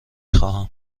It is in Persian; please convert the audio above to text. خواهم